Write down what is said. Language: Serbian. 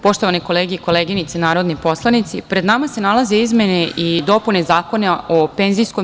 Poštovane kolege i koleginice narodni poslanici, pred nama se nalaze izmene i dopune Zakona o PIO.